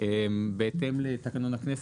בהתאם לתקנון הכנסת,